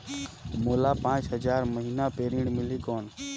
मोला पांच हजार महीना पे ऋण मिलही कौन?